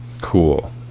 cool